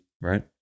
right